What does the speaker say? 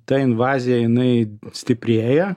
ta invazija jinai stiprėja